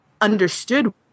understood